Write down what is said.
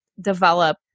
develop